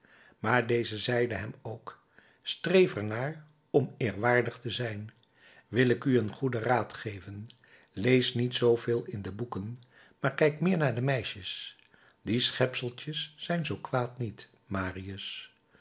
maar deze zeide hem ook streef er naar om eerwaardig te zijn wil ik u een goeden raad geven lees niet zooveel in de boeken maar kijk meer naar de meisjes die schepseltjes zijn zoo kwaad niet marius